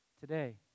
today